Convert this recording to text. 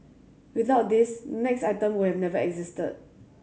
without this next item will never existed